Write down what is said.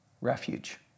refuge